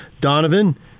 Donovan